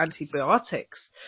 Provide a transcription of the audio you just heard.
antibiotics